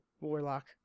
warlock